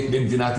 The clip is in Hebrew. יש מכללות,